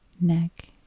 neck